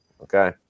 okay